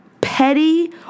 petty